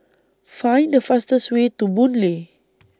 Find The fastest Way to Boon Lay